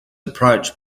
approach